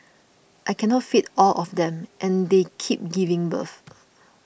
I cannot feed all of them and they keep giving birth